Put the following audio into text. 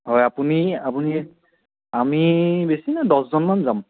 হয় আপুনি আপুনি আমি বেছি নহয় দহজনমান যাম